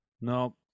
No